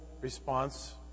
response